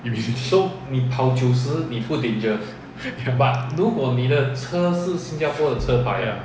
really ya ya